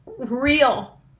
real